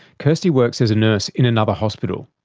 kirstie works as a nurse in another hospital,